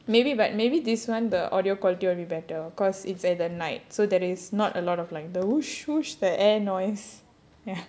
maybe but maybe this [one] the audio quality will be better because it's at the night so there is not a lot of like those the air noise ya